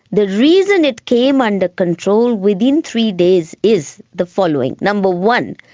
the reason it came under control within three days is the following. number one,